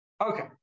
Okay